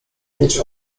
mieć